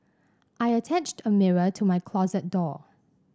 I attached a mirror to my closet door